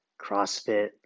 CrossFit